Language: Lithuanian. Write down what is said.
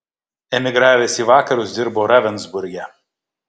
emigravęs į vakarus dirbo ravensburge